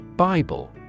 Bible